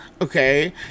Okay